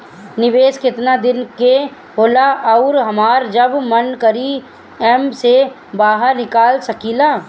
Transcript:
निवेस केतना दिन के होला अउर हमार जब मन करि एमे से बहार निकल सकिला?